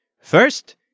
First